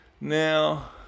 Now